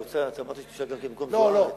אמרת שהיא ביקשה במקום זוארץ.